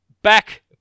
Back